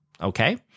okay